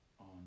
on